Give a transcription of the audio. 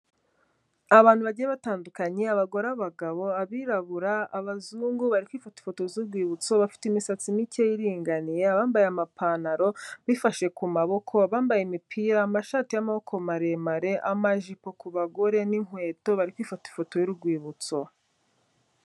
Abantu bagiye batandukanye, abagore, abagabo, abirabura, abazungu bari kwifotoza ifoto z'urwibutso bafite imisatsi mike iringaniye abambaye amapantaro bifashe ku maboko, abambaye imipira, amashati y'amaboko maremare, amajipo ku bagore n'inkweto bari kwifata ifoto y'urwibutso.